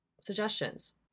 suggestions